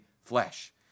flesh